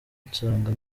nsanga